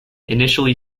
initially